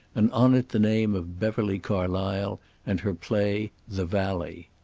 and on it the name of beverly carlysle and her play, the valley.